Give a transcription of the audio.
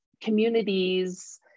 communities